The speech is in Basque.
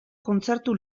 kontzertu